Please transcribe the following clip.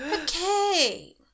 Okay